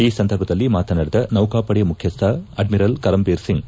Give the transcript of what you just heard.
ಈ ಸಂದರ್ಭದಲ್ಲಿ ಮಾತನಾಡಿದ ನೌಕಾಪಡೆ ಮುಖ್ಯಸ್ಥ ಅಡ್ಮಿರಲ್ ಕರಂಬೀರ್ ಸಿಂಗ್